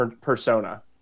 persona